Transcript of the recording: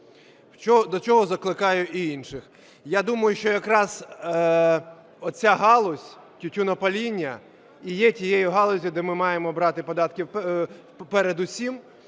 До чого закликаю і інших. Я думаю, що якраз оця галузь тютюнопаління і є тією галуззю, де ми маємо брати податки передусім,